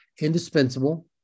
indispensable